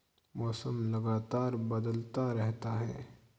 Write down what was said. मौसम लगातार बदलता रहता है